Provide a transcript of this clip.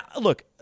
look